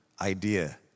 idea